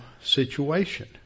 situation